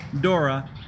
Dora